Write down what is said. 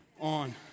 on